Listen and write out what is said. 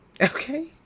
Okay